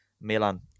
Milan